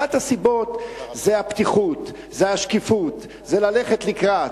אחת הסיבות היא הפתיחות, השקיפות, ללכת לקראת.